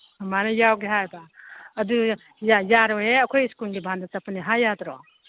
ꯃꯃꯥꯅ ꯌꯥꯎꯒꯦ ꯍꯥꯏꯌꯦꯕ ꯑꯗꯨ ꯌꯥꯔꯣꯏꯍꯦ ꯑꯩꯈꯣꯏ ꯁ꯭ꯀꯨꯜꯒꯤ ꯚꯥꯟꯗ ꯆꯠꯄꯅꯦ ꯍꯥꯏ ꯌꯥꯗ꯭ꯔꯣ